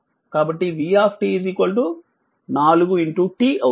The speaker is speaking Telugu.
కాబట్టి v 4t అవుతుంది